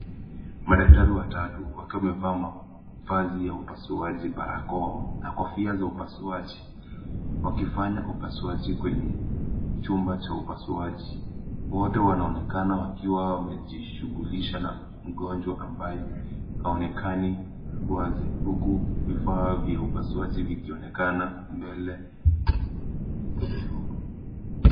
Madaktari watatu wakiwa wamevaa mavazi ya upasuaji barakoa na kofia za upasuaji. Wakifanya upasuaji kwenye chumba cha upasuaji. Wote wanaonekana wakiwa wanajishughulisha na mgonjwa ambaye haonekani wazi huku vifaa vya upasuaji vikionekana mbele kidogo.